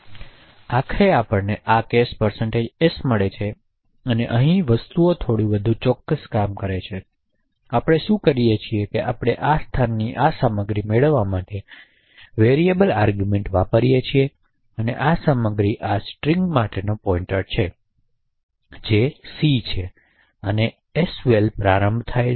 આખરે આપણને આ કેસ s મળે છે અને અહીં વસ્તુઓ થોડી વધુ ચોક્કસપણે કામ કરે છે તેથી આપણે શું કરીએ છીએ કે આપણે આ સ્થાનની આ સામગ્રી મેળવવા માટે ચલ આર્ગૂમેંટ વાપરીએ છીએ અને આ સામગ્રી આ સ્ટ્રિંગ માટેનો પોઈંટર છે જે સી છે અને sval પ્રારંભ થયેલ છે